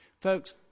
Folks